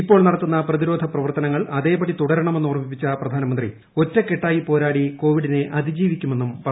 ഇപ്പോൾ നടത്തുന്ന പ്രതിരോധ പ്രവർത്തനങ്ങൾ അതേപടി തുടരണമെന്ന് ഓർമ്മിപ്പിച്ച പ്രധാനമന്ത്രി ഒറ്റക്കെട്ടായി പോരാടി കോവിഡിനെ അതിജീവിക്കുള്ള്ന്നും പറഞ്ഞു